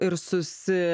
ir susi